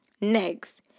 Next